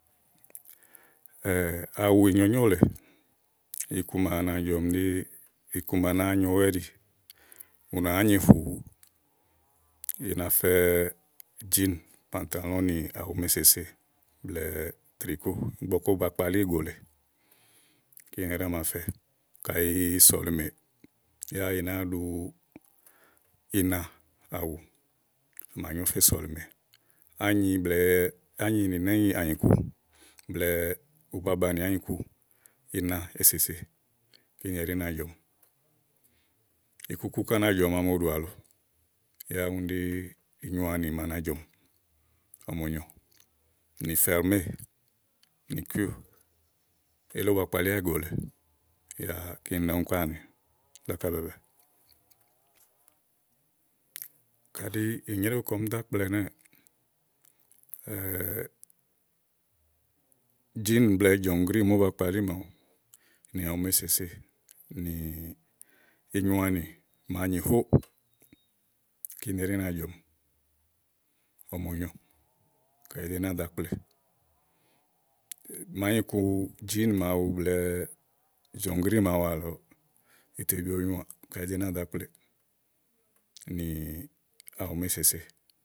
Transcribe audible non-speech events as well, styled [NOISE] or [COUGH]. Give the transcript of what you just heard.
[HESITATION] àwù ìnyo nyó lèe iku ma na jɔ̀ɔmi ɖí iku ma nàáa nyowɛ ɛ́ɖì ù nàá nyi fùùù, i na fɛ jìínì pàntàlɔ̃ɔ nì àwù màa èsèse blɛ̀ɛ trìkóò ígbɔké ówó ba kpalí ìgò lèe. kíni ɛɖí a ma fɛ kàyi sɔ̀lìmè, yá ì nàáa ɖu inaàwù à mà nyó fè sɔ̀lìmè ányi blɛ̀ɛ ányi nì náànyìku blɛ̀ɛ ubabanì ányiku ina èsèse kíni ɛɖí na jɔ̀mi. ìkùkù ká na jɔ̀ɔmi amo ɖù àlɔ yá úni ɖí inyoanì máá na jɔ̀ɔmi, o mo nyo, nì fɛ̀rméè nì kúùr elí ówó ba kpalíà ígò lèe yá kíni ɖí ɔmi ká áni bi zákà bɛ̀ɛɛbɛ̀ɛ. kaɖi ìnyréwu kɔ́ɔm do ákple ɛnɛ́ɛ [HESITATION] jìínì blɛ̀ɛ jɔ̀ŋgríì màa ówó ba kpalí màawu nì àwù màa èsèse nì inyoanì màa nyì hó, kíni ɛɖí na jɔ̀ɔmi o mo nyo kayi ìí do náa dò ákple, màa ányiku jìínì blɛ̀ɛ jɔ̀ŋgríì màawu àlɔ ì tè bì onyo à kayi ìí do náa dò àkple nì àwù màa èsèse.